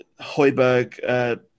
Hoiberg